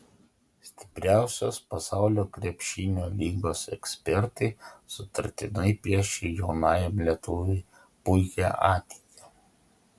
stipriausios pasaulio krepšinio lygos ekspertai sutartinai piešia jaunajam lietuviui puikią ateitį